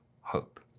hope